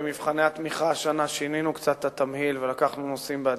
במבחני התמיכה השנה שינינו קצת את התמהיל ולקחנו נושאים בעדיפות.